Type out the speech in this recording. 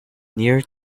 near